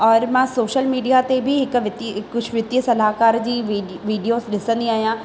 और मां social media ते बि हिकु वित्तीय कुझु वित्तीय सलाहकार जी वीड वीडियोज़ ॾिसंदी आहियां